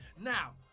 now